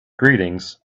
greetings